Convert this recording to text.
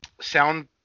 sound